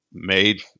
made